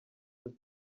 that